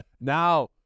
Now